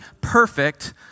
perfect